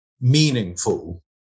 meaningful